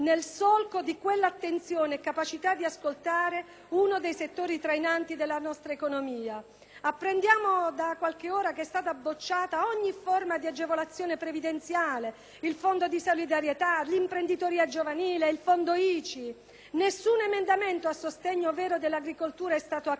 quell'attenzione e capacità di ascoltare uno dei settori trainanti della nostra economia. Abbiamo appreso da qualche ora che è stata bocciata ogni forma di agevolazione previdenziale, il fondo di solidarietà, l'imprenditoria giovanile, il fondo ICI: nessun emendamento a sostegno vero dell'agricoltura è stato accolto.